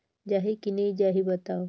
जाही की नइ जाही बताव?